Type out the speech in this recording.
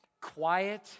Quiet